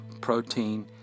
protein